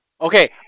okay